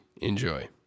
enjoy